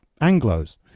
Anglos